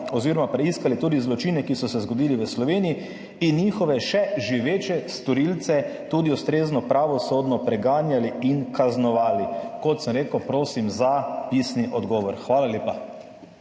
učinkovito preiskali tudi zločine, ki so se zgodili v Sloveniji, in njihove še živeče storilce tudi ustrezno pravosodno preganjali in kaznovali? Kot sem rekel, prosim za pisni odgovor. Hvala lepa.